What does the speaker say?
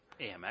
AMX